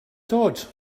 dod